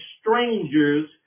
strangers